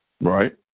Right